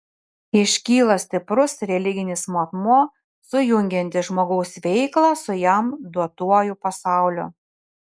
iškyla stiprus religinis matmuo sujungiantis žmogaus veiklą su jam duotuoju pasauliu